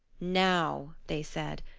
now, they said,